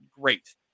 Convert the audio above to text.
great